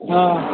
آ